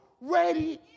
ready